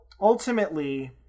ultimately